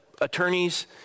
attorneys